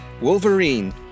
Wolverine